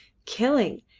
killing,